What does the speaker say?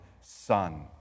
son